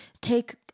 take